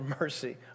mercy